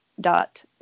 dot